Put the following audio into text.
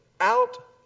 out